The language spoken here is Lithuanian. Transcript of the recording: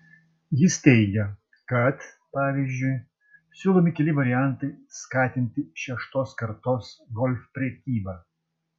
jis teigia kad pavyzdžiui siūlomi keli variantai skatinti šeštos kartos golf prekybą